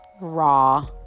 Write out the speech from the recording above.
raw